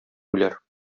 үләр